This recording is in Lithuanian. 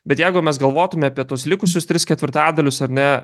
bet jeigu mes galvotume apie tuos likusius tris ketvirtadalius ar ne